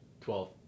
Twelve